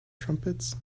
trumpets